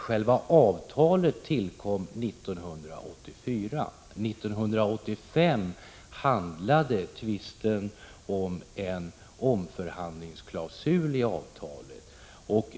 Själva avtalet tillkom 1984, och 1985 handlade tvisten om en omförhandlingsklausul i avtalet.